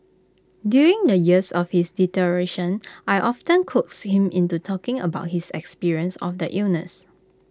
during the years of his deterioration I often coaxed him into talking about his experience of the illness